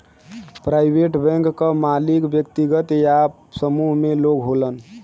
private bank क मालिक व्यक्तिगत या समूह में लोग होलन